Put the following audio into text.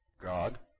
God